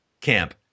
camp